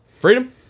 Freedom